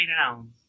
down